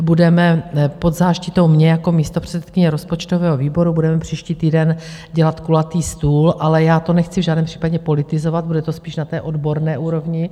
Budeme pod záštitou mě jako místopředsedkyně rozpočtového výboru, budeme příští týden dělat kulatý stůl, ale já to nechci v žádném případě politizovat, bude to spíš na odborné úrovni.